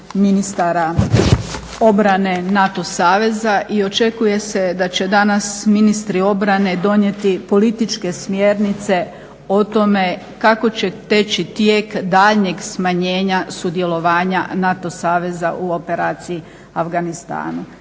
ministara obrane NATO saveza i očekuje se da će danas ministri obrane donijeti političke smjernice o tome kako će teći tijek daljnjeg smanjenja sudjelovanja NATO saveza u operaciji u Afganistanu.